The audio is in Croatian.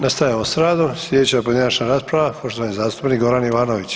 Nastavljamo s radom, slijedeća pojedinačna rasprava, poštovani zastupnik Goran Ivanović.